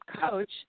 coach